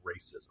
racism